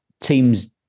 teams